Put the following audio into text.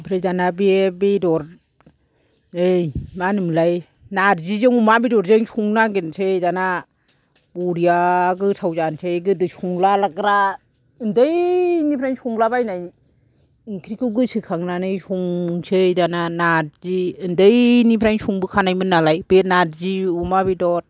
आमफ्राय दाना बे बेदर ओइ मा होनो मोनलाय नार्जिजों अमा बेदरजों संनो नागिरसै दाना बरिया गोथाव जानोसै गोदो संलाग्रा उन्दै निफ्रायनो संला बायनाय ओंख्रिखौ गोसोखांनानै संसै दाना नार्जि उन्दै निफ्रायनो संबोखानायमोन नालाय बे नार्जि अमा बेदर